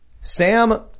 Sam